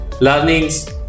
learnings